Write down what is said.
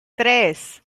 tres